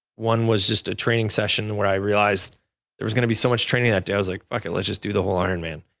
one was just a training session where i realized there's going to be so much training that day. i was like, okay, let's just do the whole ironman.